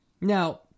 Now